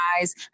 eyes